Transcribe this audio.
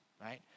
right